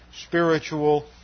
spiritual